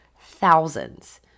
thousands